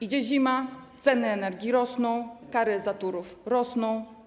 Idzie zima, ceny energii rosną, kary za Turów rosną.